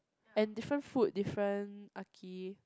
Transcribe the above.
and different food different archi